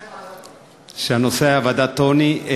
הנושא, ועדת עוני.